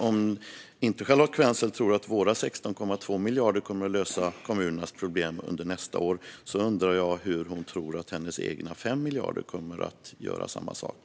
Om inte Charlotte Quensel tror att våra 16,2 miljarder kommer att lösa kommunernas problem under nästa år undrar jag hur hon tror att hennes egna 5 miljarder kommer att göra samma sak.